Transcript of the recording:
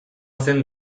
zen